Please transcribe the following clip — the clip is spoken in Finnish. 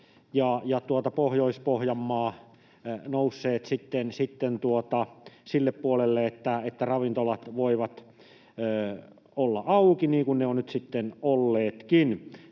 Pohjois-Pohjanmaa nousseet sille puolelle, että ravintolat voivat olla auki, niin kuin ne ovat nyt olleetkin.